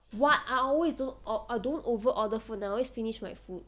what I always don't I don't over order food now I always finish my food